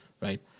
right